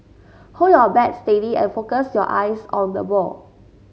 hold your bat steady and focus your eyes on the ball